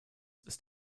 ist